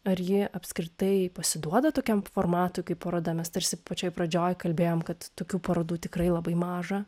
ar ji apskritai pasiduoda tokiam formatui kaip paroda mes tarsi pačioj pradžioj kalbėjom kad tokių parodų tikrai labai maža